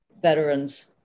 veterans